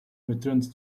returns